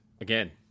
again